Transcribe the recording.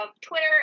Twitter